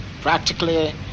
practically